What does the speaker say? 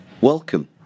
welcome